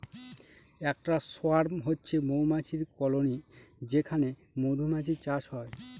একটা সোয়ার্ম হচ্ছে মৌমাছির কলোনি যেখানে মধুমাছির চাষ হয়